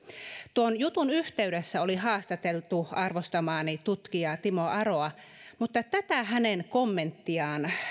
tuon jutun yhteydessä oli haastateltu arvostamaani tutkijaa timo aroa mutta tätä hänen kommenttiaan